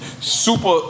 super